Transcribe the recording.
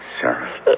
Sarah